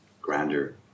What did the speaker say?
grander